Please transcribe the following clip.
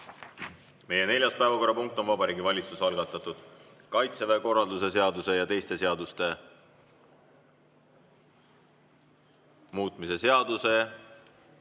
Meie neljas päevakorrapunkt on Vabariigi Valitsuse algatatud Kaitseväe korralduse seaduse ja teiste seaduste muutmise seaduse